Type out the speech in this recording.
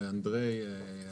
ואנדריי קוז'ינוב,